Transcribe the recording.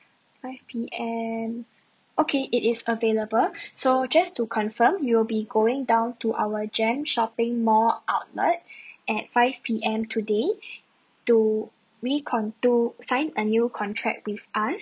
five P_M okay it is available so just to confirm you will be going down to our JEM shopping mall outlet at five P_M today to recon~ to sign a new contract with us